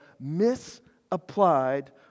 misapplied